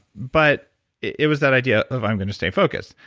but it was that idea of, i'm going to stay focused.